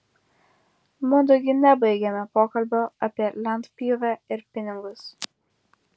mudu gi nebaigėme pokalbio apie lentpjūvę ir pinigus